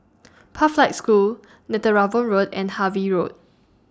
Pathlight School Netheravon Road and Harvey Road